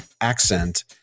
accent